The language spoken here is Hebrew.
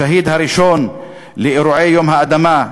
השהיד הראשון באירועי יום האדמה,